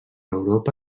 europa